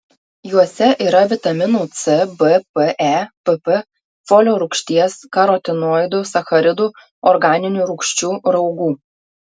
juose yra vitaminų c b p e pp folio rūgšties karotinoidų sacharidų organinių rūgščių raugų